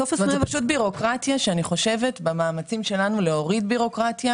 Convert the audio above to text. זאת בירוקרטיה שאני חושבת שהמאמצים שלנו הם להוריד בירוקרטיה